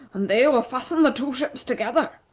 and they will fasten the two ships together.